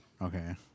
Okay